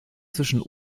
zwischen